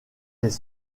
les